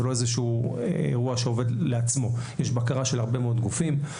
זה לא איזשהו אירוע שעובד לעצמו אלא יש בקרה של הרבה מאוד גופים.